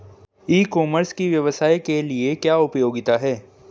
ई commerce की व्यवसाय के लिए क्या उपयोगिता है?